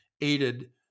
aided